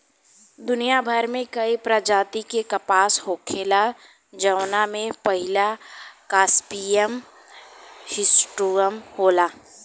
दुनियाभर में कई प्रजाति के कपास होखेला जवना में पहिला गॉसिपियम हिर्सुटम होला